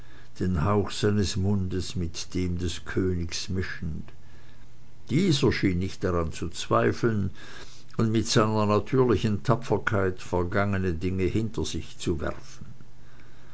den hauch seines mundes mit dem des königes mischend dieser schien nicht daran zu zweifeln und mit seiner natürlichen tapferkeit vergangene dinge hinter sich zu werfen